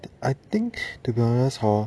I think to be honest hor